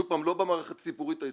שוב פעם, לא במערכת הציבורית הישראלית.